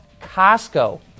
Costco